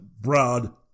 broad